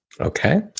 Okay